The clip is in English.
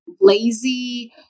lazy